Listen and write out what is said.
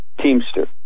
teamster